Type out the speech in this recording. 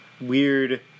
weird